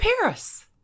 Paris